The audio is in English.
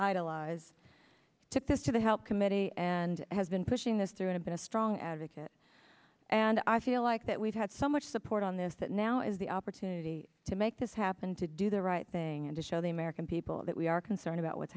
idolize took this to the health committee and has been pushing this through in a been a strong advocate and i feel like that we've had so much support on this that now is the opportunity to make this happen to do the right thing and to show the american people that we are concerned about what's